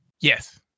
Yes